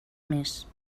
més